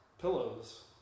pillows